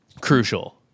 crucial